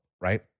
right